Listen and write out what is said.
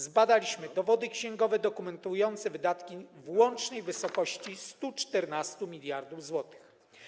Zbadaliśmy dowody księgowe dokumentujące wydatki w łącznej wysokości 114 mld zł.